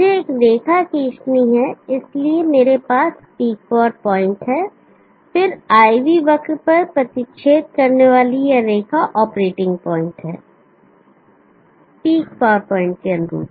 मुझे एक रेखा खींचना है इसलिए मेरे पास पीक पावर पॉइंट है और फिर IV वक्र पर प्रतिच्छेद करने वाली यह रेखा ऑपरेटिंग पॉइंट है पीक पावर पॉइंट के अनुरूप